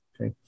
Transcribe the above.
Okay